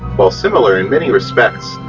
while similar in many respects,